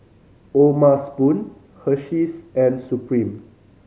O'ma Spoon Hersheys and Supreme